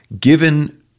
Given